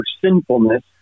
sinfulness